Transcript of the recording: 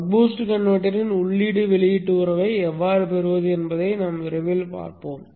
buck boost கன்வெர்ட்டரின் உள்ளீட்டு வெளியீட்டு உறவை எவ்வாறு பெறுவது என்பதையும் விரைவில் பார்ப்போம்